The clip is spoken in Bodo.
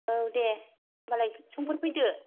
औ दे होमबालाय समफोर फैदो